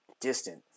distant